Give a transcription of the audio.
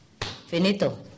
Finito